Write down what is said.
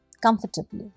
comfortably